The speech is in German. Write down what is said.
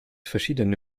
verschiedene